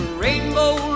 rainbow